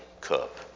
cup